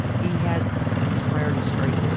he had his priorities straight.